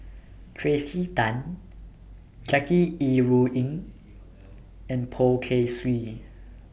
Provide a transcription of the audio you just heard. Tracey Tan Jackie Yi Ru Ying and Poh Kay Swee